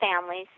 families